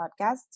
podcast